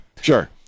Sure